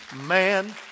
man